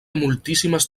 moltíssimes